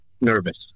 nervous